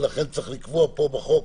ולכן צריך לקבוע פה בחוק